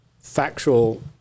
factual